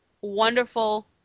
wonderful